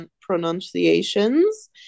pronunciations